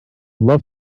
love